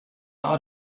out